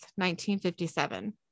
1957